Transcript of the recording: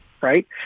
right